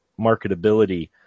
marketability